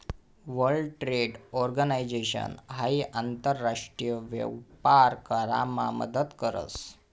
world trade organisation हाई आंतर राष्ट्रीय व्यापार करामा मदत करस